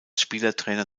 spielertrainer